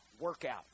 workout